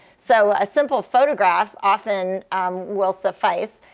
so a simple photograph often will suffice.